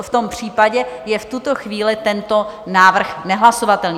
V tom případě je v tuto chvíli tento návrh nehlasovatelný.